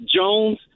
Jones